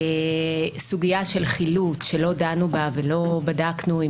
סוגייה של חילוט שלא דנובה ולא בדקנו אם